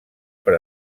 per